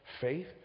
faith